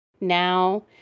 now